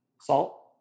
salt